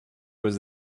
was